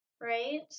Right